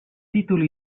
títol